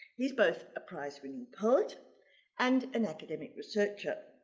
he's both a prize-winning poet and an academic researcher.